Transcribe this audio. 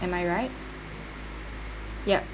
am I right ya